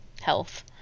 health